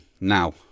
now